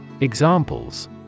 Examples